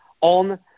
on